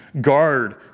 guard